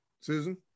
Susan